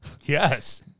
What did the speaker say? Yes